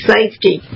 Safety